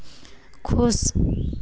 खुश